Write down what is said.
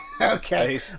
Okay